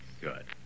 Good